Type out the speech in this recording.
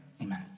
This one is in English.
Amen